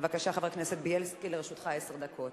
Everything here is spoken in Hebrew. בבקשה, חבר הכנסת בילסקי, לרשותך עשר דקות.